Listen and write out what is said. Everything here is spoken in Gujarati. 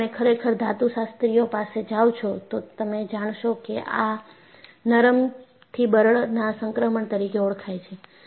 જો તમે ખરેખર ધાતુશાસ્ત્રીઓ પાસે જાવ છો તો તમે જાણોશો કે આ નરમ થી બરડ ના સંક્રમણ તરીકે ઓળખાય છે